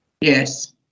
yes